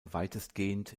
weitestgehend